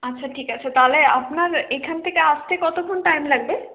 আচ্ছা ঠিক আছে তাহলে আপনার এখান থেকে আসতে কতখন টাইম লাগবে